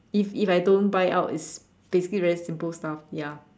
if if I don't buy out it's basically very simple stuff ya